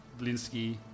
Blinsky